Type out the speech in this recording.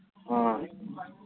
ꯑꯣ